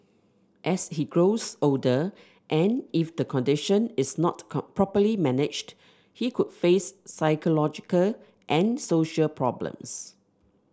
as he grows older and if the condition is not properly managed he could face psychological and social problems